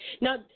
Now